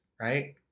Right